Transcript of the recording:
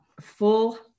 full